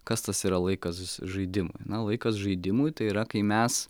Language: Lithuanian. kas tas yra laikas žaidimui na laikas žaidimui tai yra kai mes